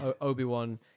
Obi-Wan